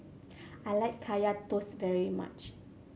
I like Kaya Toast very much